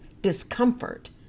discomfort